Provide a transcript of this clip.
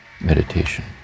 meditation